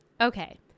Okay